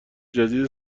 جدید